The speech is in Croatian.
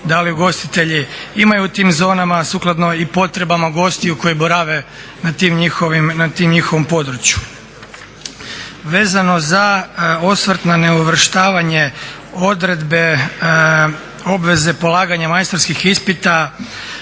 da li ugostitelji imaju u tim zonama sukladno i potrebama gostiju koji borave na tim njihovim, na tom njihovom području. Vezano za osvrt na neuvrštavanje odredbe obveze polaganja majstorskih ispita